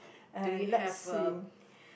and let's see